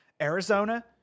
Arizona